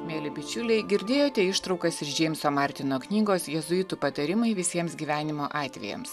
mieli bičiuliai girdėjote ištraukas iš džeimso martino knygos jėzuitų patarimai visiems gyvenimo atvejams